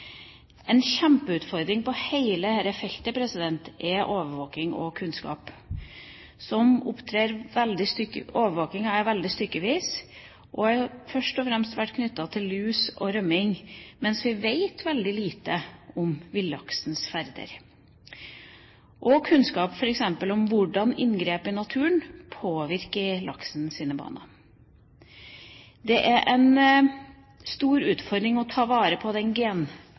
En kjempeutfordring på hele dette feltet er overvåking og kunnskap. Overvåkingen er veldig stykkevis og har først og fremst vært knyttet til lus og rømming. Vi vet veldig lite om villaksens ferd og f.eks. om hvordan inngrep i naturen påvirker laksens baner. Det er en stor utfordring å ta vare på den